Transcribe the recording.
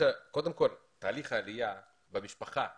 תהליך העלייה במשפחה מתבשל.